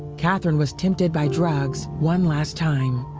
katherine was tempted by drugs one last time.